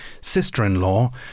sister-in-law